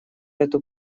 эту